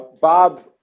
Bob